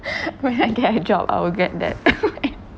when I get a job I will get that